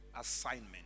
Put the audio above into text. assignment